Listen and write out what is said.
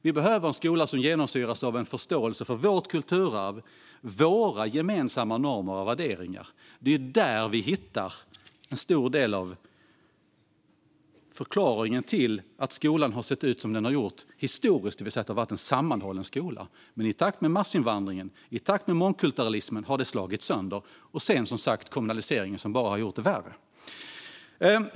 Vi behöver en skola som genomsyras av en förståelse för vårt kulturarv och våra gemensamma normer och värderingar. Det är där vi hittar en stor del av förklaringen till hur skolan historiskt har sett ut, det vill säga det har varit en sammanhållen skola. Men i takt med massinvandringen och mångkulturalismen har detta slagits sönder. Sedan har kommunaliseringen bara gjort det hela värre.